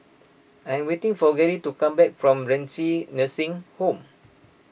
I'm waiting for Garry to come back from Renci Nursing Home